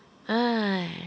!hais!